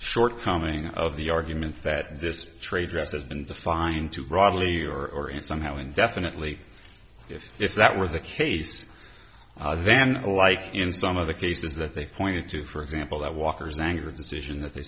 shortcoming of the arguments that this trade draft as been defined too broadly or somehow indefinitely if if that were the case then like in some of the cases that they pointed to for example that walker's anger decision that they